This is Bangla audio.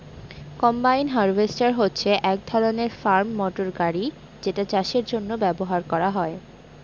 কম্বাইন হার্ভেস্টর হচ্ছে এক ধরনের ফার্ম মটর গাড়ি যেটা চাষের জন্য ব্যবহার করা হয়